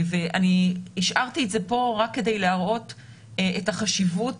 אני השארתי את זה פה רק כדי להראות את החשיבות